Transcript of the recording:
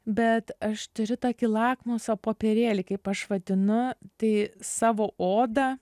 bet aš turiu tokį lakmuso popierėlį kaip aš vadinu tai savo odą